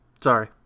Sorry